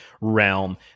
realm